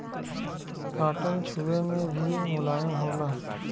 cotton छुवे मे भी मुलायम होला